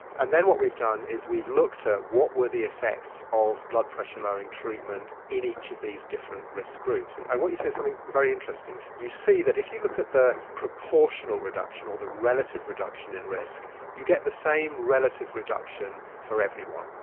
and then what we've done is we've looked at what were the effects of blood pressure lowering treatment in each of these different risk groups. and and what you see is something very interesting, you see that if you look at the proportional reduction or the relative reduction in risk, you get the same relative reduction for everyone.